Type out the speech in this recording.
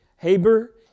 Haber